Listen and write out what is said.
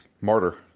Martyr